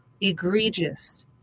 egregious